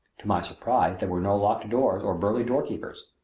to my surprise there were no locked doors or burly doorkeepers.